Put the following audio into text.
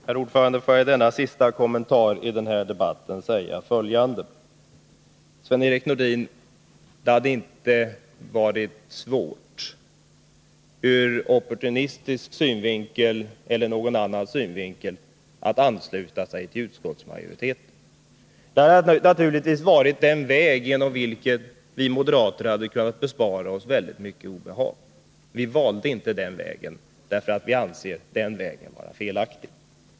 Herr talman! Får jag i denna sista kommentar i den här debatten säga följande. Det hade inte, Sven-Erik Nordin, varit svårt att ur opportunistisk eller någon annan synvinkel ansluta sig till utskottsmajoriteten. Det hade naturligtvis varit den väg genom vilken vi moderater hade kunnat bespara oss mycket obehag. Vi valde inte den vägen, eftersom vi anser den vara felaktig.